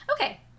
Okay